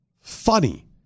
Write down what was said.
funny